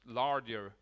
larger